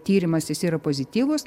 tyrimas jis yra pozityvus